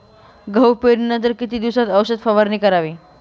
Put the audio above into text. गहू पेरणीनंतर किती दिवसात औषध फवारणी करावी?